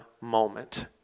moment